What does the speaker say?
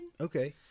Okay